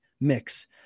mix